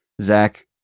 Zach